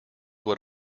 what